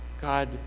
God